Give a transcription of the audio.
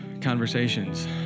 conversations